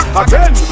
again